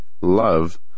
love